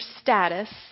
status